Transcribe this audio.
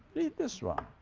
read this one.